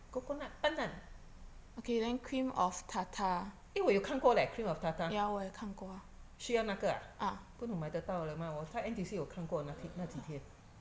coconut pandan eh 我有看过 leh cream of tartar 需要那个啊不懂买得到了吗我在 N_T_U_C 有看过那天那几天